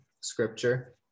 Scripture